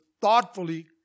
thoughtfully